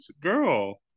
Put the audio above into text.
girl